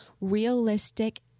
realistic